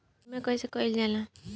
बीमा कइसे कइल जाला?